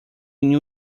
new